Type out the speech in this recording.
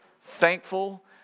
thankful